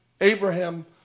Abraham